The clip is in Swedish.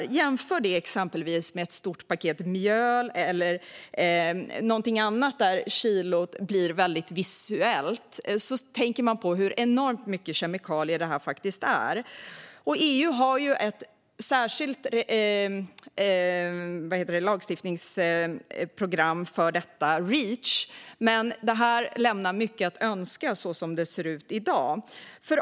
Om man jämför det med till exempel ett stort paket mjöl eller något annat där kilot blir väldigt visuellt förstår man hur enormt mycket kemikalier detta faktiskt är. EU har ett särskilt lagstiftningsprogram för detta, Reach, men det lämnar mycket att önska som det ser ut i dag.